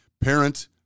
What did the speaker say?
parent